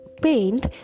paint